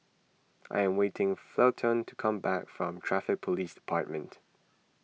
I am waiting Felton to come back from Traffic Police Department